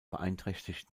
beeinträchtigt